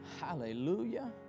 Hallelujah